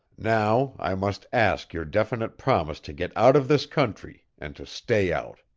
now i must ask your definite promise to get out of this country and to stay out.